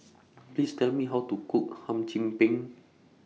Please Tell Me How to Cook Hum Chim Peng